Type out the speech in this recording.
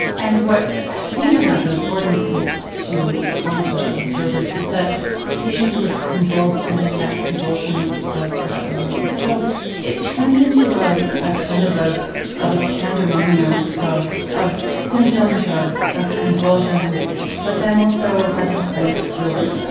and what seemed to happen, according at least to some of the observers, is that patients would convulse and then that convulsion would spread throughout the room. so it turned into um a kind of a ah pandemonium of of symptoms, of of convulsions but then also, mesmer claimed, of cures